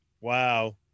wow